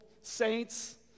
saints